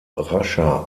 rascher